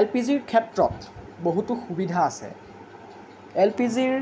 এলপিজিৰ ক্ষেত্ৰত বহুতো সুবিধা আছে এলপিজিৰ